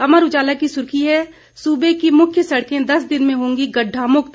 अमर उजाला की सुर्खी है सूबे की मुख्य सड़कें दस दिन में होंगी गड्ढा मुक्त